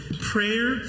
prayer